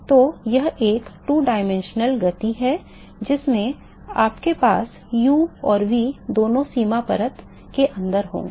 तो यह एक 2 आयामी गति है जिसमें आपके पास u और v दोनों सीमा परत के अंदर होंगे